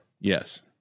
Yes